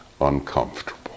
uncomfortable